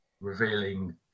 revealing